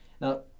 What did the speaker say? Now